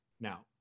now